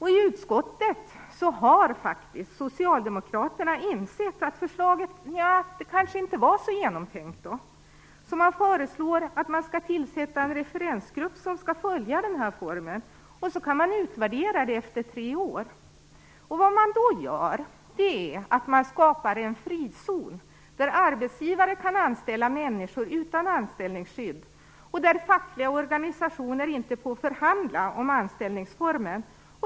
I utskottet har socialdemokraterna insett att förslaget kanske inte är så genomtänkt. Därför föreslår man att en referensgrupp tillsätts som skall följa den här anställningsformen. Sedan kan man utvärdera detta efter tre år. Vad man då gör är att man skapar en frizon, där arbetsgivare kan anställa människor utan anställningsskydd och där fackliga organisationer inte får förhandla om anställningsformen.